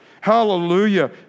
Hallelujah